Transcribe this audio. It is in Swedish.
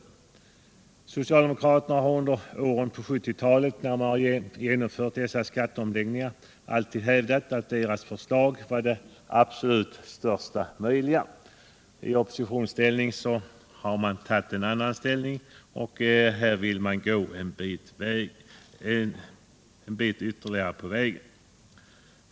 När socialdemokraterna under 1970-talet genomförde skatteomläggningarna hävdade de alltid att regeringens dvs. det egna förslaget innebar största möjliga skattesänkning. I oppositionsställning tycks socialdemokraterna ha en annan inställning — de vill nu gå ytterligare en bit på vägen.